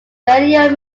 radio